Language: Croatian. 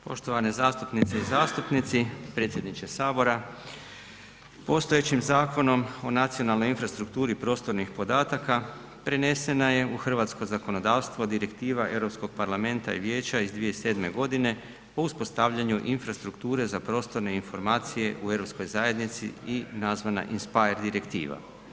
Poštovane zastupnice i zastupnici, predsjedniče sabora, postojećim Zakonom o nacionalnoj infrastrukturi prostornih podataka prenesena je u hrvatsko zakonodavstvo Direktiva Europskog parlamenta i vijeća iz 2007. godine o uspostavljanju infrastrukture za prostorne informacije u europskoj zajednici i nazvana INSPIRE direktiva.